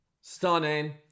Stunning